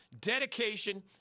dedication